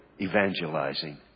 evangelizing